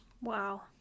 Wow